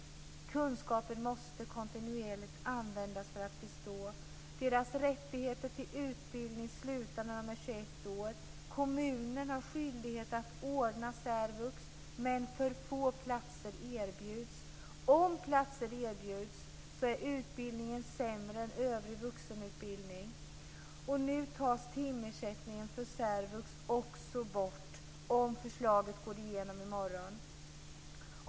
Kunskapen måste kontinuerligt användas för att bestå. Deras rättigheter till utbildning slutar när de är 21 år. Kommunen har skyldighet att ordna särvux, men för få platser erbjuds. Om platser erbjuds är utbildningen sämre än övrig vuxenutbildning. Nu tas timersättningen för särvux också bort, om förslaget går igen i morgon.